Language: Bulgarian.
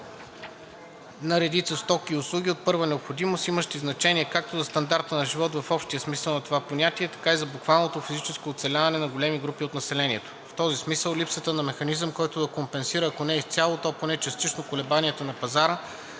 на редица стоки и услуги от първа необходимост, имащи значение, както за стандарта на живот в общия смисъл на това понятие, така и за буквалното физическо оцеляване на големи групи от населението. В този смисъл липсата на механизъм, който да компенсира, ако не изцяло, то поне частично, колебанията на пазара